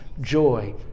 joy